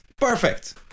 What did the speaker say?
perfect